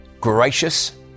gracious